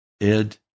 Ed